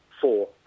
four